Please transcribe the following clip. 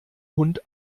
hund